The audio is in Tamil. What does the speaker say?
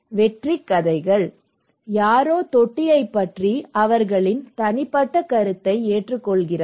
வெற்றிக் கதைகள் யாரோ தொட்டியைப் பற்றிய அவர்களின் தனிப்பட்ட கருத்தை ஏற்றுக்கொள்கிறார்கள்